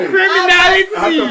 Criminality